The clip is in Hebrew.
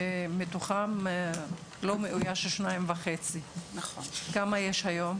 מתוכם לא מאויש 2.5. כמה יש היום?